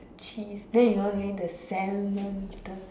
cheese then you all need the salmon with the